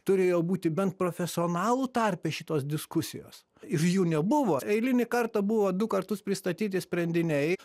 turėjo būti bent profesionalų tarpe šitos diskusijos ir jų nebuvo eilinį kartą buvo du kartus pristatyti sprendiniai